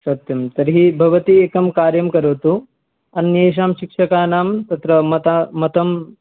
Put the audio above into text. सत्यं तर्हि भवती एकं कार्यं करोतु अन्येषां शिक्षकाणां तत्र मता मतं